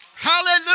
Hallelujah